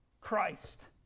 Christ